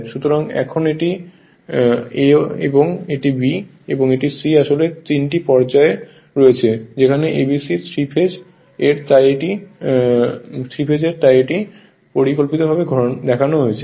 সুতরাং এখন এটি isA B এবং C এটি আসলে 3 টি পর্যায় রয়েছে সেখানে ABC 3 ফেজ এর তাই এটি পরিকল্পিতভাবে দেখানো হয়েছে